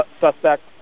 suspect